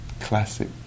classic